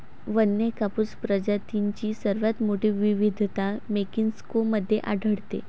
वन्य कापूस प्रजातींची सर्वात मोठी विविधता मेक्सिको मध्ये आढळते